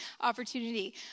opportunity